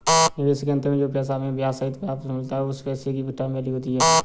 निवेश के अंत में जो पैसा हमें ब्याह सहित वापस मिलता है वो उस पैसे की टाइम वैल्यू होती है